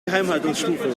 geheimhaltungsstufe